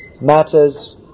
matters